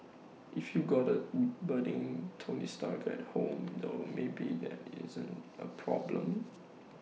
if you got A budding tony stark at home though maybe that isn't A problem